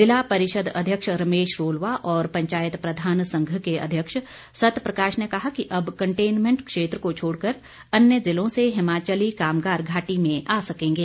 ज़िला परिषद अध्यक्ष रमेश रोलवा और पंचायत प्रधान संघ के अध्यक्ष सत प्रकाश ने कहा कि अब कंटेनमेंट क्षेत्र को छोड़ कर अन्य ज़िलों से हिमाचली कामगार घाटी में आ सकेंगे